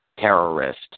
Terrorist